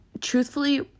truthfully